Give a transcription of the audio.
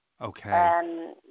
Okay